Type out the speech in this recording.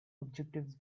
objectives